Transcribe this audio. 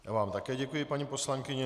Já vám také děkuji, paní poslankyně.